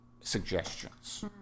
suggestions